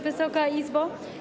Wysoka Izbo!